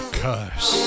curse